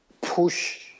push